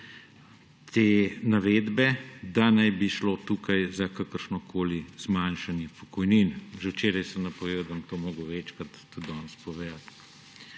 navedbe, da naj bi šlo tukaj za kakršnokoli zmanjšanje pokojnin. Že včeraj sem napovedal, da bom to moral večkrat tudi danes povedati.